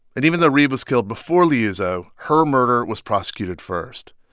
and even though reeb was killed before liuzzo, her murder was prosecuted first.